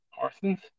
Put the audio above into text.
Parsons